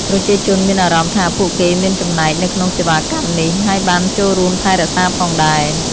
ប្រជាជនមានអារម្មណ៍ថាពួកគេមានចំណែកនៅក្នុងសេវាកម្មនេះហើយបានចូលរួមថែរក្សាផងដែរ។